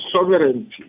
sovereignty